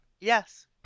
Yes